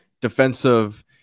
defensive